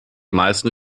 meisten